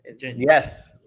Yes